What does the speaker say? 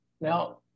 Now